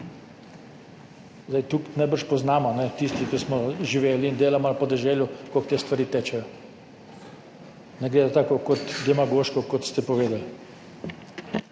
Zdaj tukaj najbrž poznamo, tisti ki smo živeli in delamo na podeželju, kako te stvari tečejo. Ne gredo tako kot demagoško, kot ste povedali.